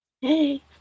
Hey